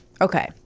Okay